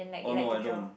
oh no I don't